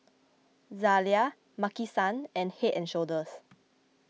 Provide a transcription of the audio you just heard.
Zalia Maki San and Head and Shoulders